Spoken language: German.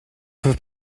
für